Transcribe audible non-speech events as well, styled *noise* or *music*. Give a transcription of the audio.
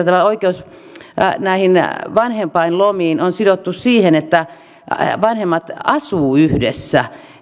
*unintelligible* tämä oikeus näihin vanhempainlomiin on sidottu siihen että vanhemmat asuvat yhdessä